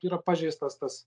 yra pažeistas tas